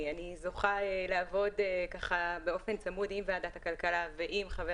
אני זוכה לעבוד באופן צמוד עם ועדת הכלכלה וגם עם חבר